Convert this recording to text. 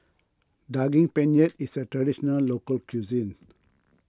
Daging Penyet is a Traditional Local Cuisine